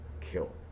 kill